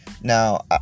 Now